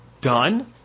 done